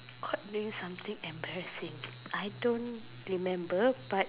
caught doing something embarrassing I don't remember but